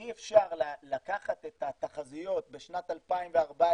אי אפשר לקחת את התחזיות בשנת 2014,